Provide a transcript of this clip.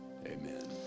amen